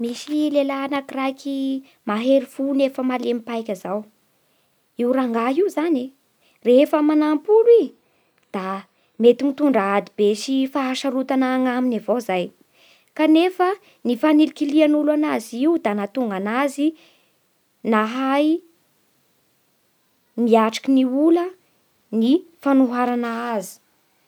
Misy lehilahy anakiraiky mahery fo nefa malemy paika zao. Io rangahy io zany rehefa manampy olo i da mety mitondra ady be sy fahasarotana anaminy avao zay, kanefa ny fanilikilian'olo anazy io da nahatonga anzy nahay niatriky ny ola ny fanoharana azy.